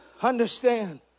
Understand